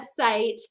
website